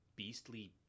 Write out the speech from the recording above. beastly